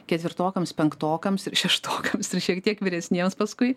ketvirtokams penktokams šeštokams ir šiek tiek vyresniems paskui